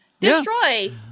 Destroy